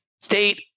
state